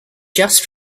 just